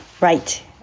right